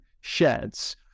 sheds